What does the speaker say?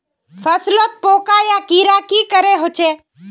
फसलोत पोका या कीड़ा की करे होचे?